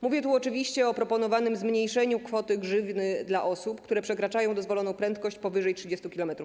Mówię tu oczywiście o proponowanym zmniejszeniu kwoty grzywny dla osób, które przekraczają dozwoloną prędkość powyżej 30 km/h.